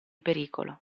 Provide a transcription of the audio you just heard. pericolo